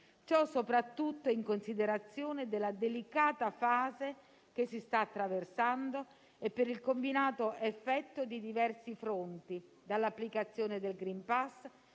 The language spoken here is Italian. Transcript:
ciò soprattutto in considerazione della delicata fase che si sta attraversando e per il combinato effetto di diversi fronti: dall'applicazione del *green pass*